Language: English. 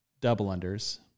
double-unders